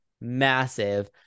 massive